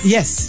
Yes